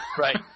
Right